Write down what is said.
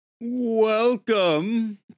Welcome